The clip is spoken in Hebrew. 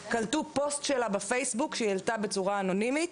קלטו פוסט שלה בפייסבוק שהיא העלתה בצורה אנונימית,